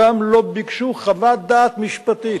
וגם לא ביקשו חוות דעת משפטית.